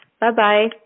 Bye-bye